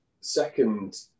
Second